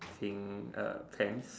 seeing a pants